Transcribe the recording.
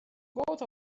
both